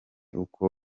uko